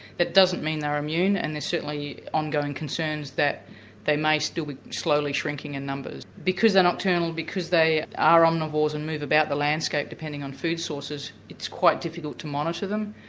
that doesn't mean they're immune and there's certainly ongoing concerns that they may still be slowly shrinking in numbers. because they're nocturnal, because they are omnivores and move about the landscape depending on food sources, it's quite difficult to monitor them.